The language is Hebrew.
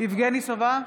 יבגני סובה,